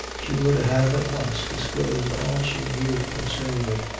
she would have at once disclosed all she knew concerning it,